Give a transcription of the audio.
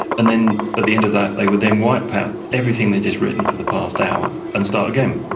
and then at the end of that they would then wipe out everything they'd just written for the past hour and start again,